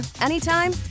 anytime